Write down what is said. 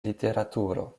literaturo